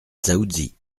dzaoudzi